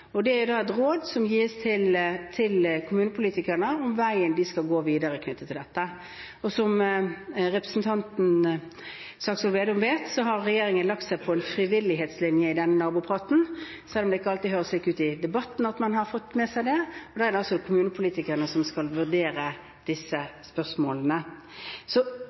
og det er da et råd som gis til kommunepolitikerne om veien de skal gå videre, knyttet til dette. Som representanten Slagsvold Vedum vet, har regjeringen lagt seg på en frivillighetslinje i den nabopraten, selv om det ikke alltid i debatten høres ut som at man har fått med seg det, og da er det altså kommunepolitikerne som skal vurdere disse spørsmålene. Så